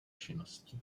činnosti